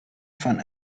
von